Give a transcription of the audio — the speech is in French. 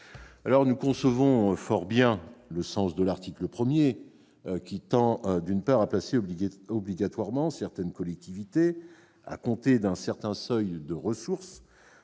Nous concevons fort bien le sens de l'article 1, qui tend à placer obligatoirement certaines collectivités, à compter d'un certain seuil de ressources,